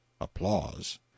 applause